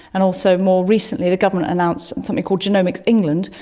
and also more recently the government announced and something called genomics england,